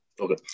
Okay